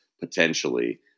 potentially